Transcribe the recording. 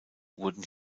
wurden